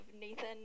Nathan